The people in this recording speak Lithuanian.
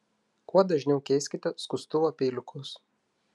kuo dažniau keiskite skustuvo peiliukus